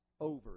over